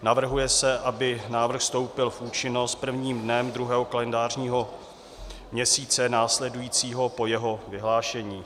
Navrhuje se, aby návrh vstoupil v účinnost prvním dnem druhého kalendářního měsíce následujícího po jeho vyhlášení.